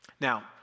Now